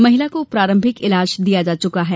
महिला को प्रारंभिक इलाज दिया जा चुका है